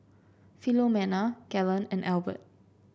Philomena Galen and Albert